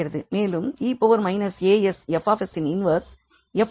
மேலும் 𝑒−𝑎𝑠𝐹𝑠இன் இன்வெர்ஸ் 𝑓𝑡 − 𝑎𝐻𝑡 − 𝑎